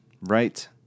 right